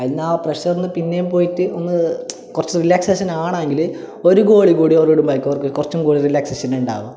അതിൽനിന്നാ പ്രെഷറിൽനിന്ന് പിന്നെയും പോയിട്ട് ഒന്ന് കുറച്ച് റിലാക്സേഷൻ ആവണമെങ്കിൽ ഒരു ഗോളി കൂടി ഓലോട് മൈക്കുവെങ്കി കുറച്ചും കൂടി റിലാക്സേഷൻ ഉണ്ടാവും